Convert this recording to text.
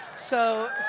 so,